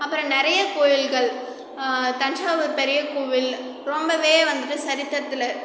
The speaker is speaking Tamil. அப்புறம் நிறைய கோயில்கள் தஞ்சாவூர் பெரிய கோவில் ரொம்பவே வந்துவிட்டு சரித்திரத்தில்